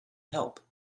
help